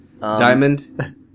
diamond